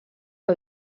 que